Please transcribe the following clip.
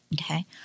okay